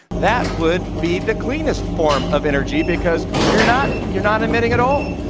that would be the cleanest form of energy because you're not you're not emitting at all.